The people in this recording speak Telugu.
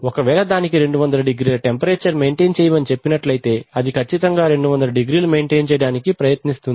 ఒకవేళ దానికి 200 డిగ్రీల టెంపరేచర్ మెయింటెన్ చేయమని చెప్పినట్లయితే అది కచ్చితంగా 200 డిగ్రీలు మెయింటైన్ చేయడానికి ప్రయత్నిస్తుంది